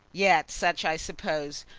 yet such, i suppose,